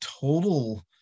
total